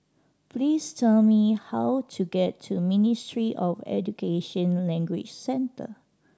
please tell me how to get to Ministry of Education Language Centre